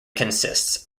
consists